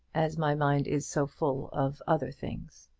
as my mind is so full of other things.